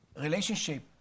relationship